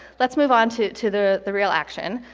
let's move on to to the the real action.